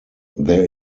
there